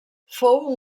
fou